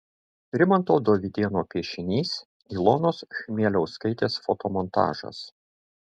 rimanto dovydėno piešinys ilonos chmieliauskaitės fotomontažas